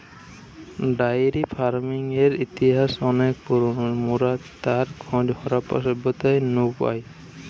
diary ফার্মিংয়ের ইতিহাস অনেক পুরোনো, মোরা তার খোঁজ হারাপ্পা সভ্যতা নু পাই